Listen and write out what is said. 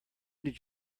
did